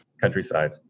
countryside